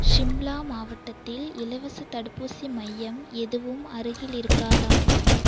ஷிம்லா மாவட்டத்தில் இலவசத் தடுப்பூசி மையம் எதுவும் அருகில் இருக்காதா